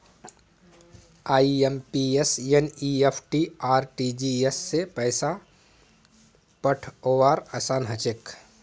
IMPS NEFT RTGS स पैसा पठऔव्वार असान हछेक